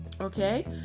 Okay